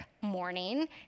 morning